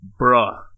bruh